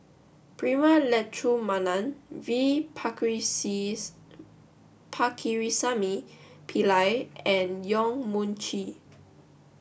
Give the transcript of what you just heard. Prema Letchumanan V Pakirisamy Pillai and Yong Mun Chee